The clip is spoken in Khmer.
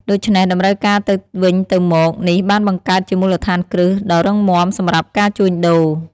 ដូច្នេះ តម្រូវការទៅវិញទៅមកនេះបានបង្កើតជាមូលដ្ឋានគ្រឹះដ៏រឹងមាំសម្រាប់ការជួញដូរ។